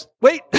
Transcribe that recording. Wait